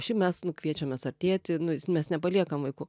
šiaip mes nu kviečiamės ar tėtį nu mes nepaliekam vaikų